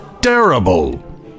TERRIBLE